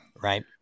Right